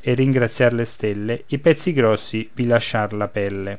e ringraziar le stelle i pezzi grossi vi lascir la pelle